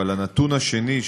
אבל הנתון השני,